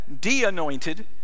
de-anointed